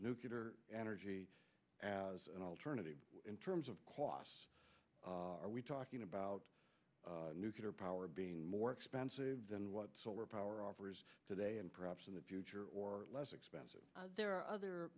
nuclear energy as an alternative in terms of costs are we talking about nuclear power being more expensive than what solar power offers today and perhaps in the future or less expensive there are other